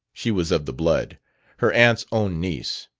she was of the blood her aunt's own niece.